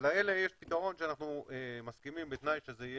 ולאלה יש פתרון שאנחנו מסכימים בתנאי שזה לא